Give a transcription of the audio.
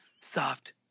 soft